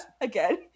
Again